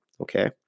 okay